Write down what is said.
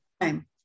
time